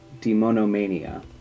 demonomania